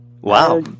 Wow